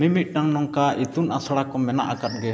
ᱢᱤᱢᱤᱫᱴᱟᱝ ᱱᱚᱝᱠᱟ ᱤᱛᱩᱱ ᱟᱥᱲᱟᱠᱚ ᱢᱮᱱᱟᱜ ᱟᱠᱟᱫ ᱜᱮᱭᱟ